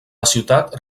ciutat